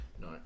No